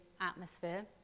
atmosphere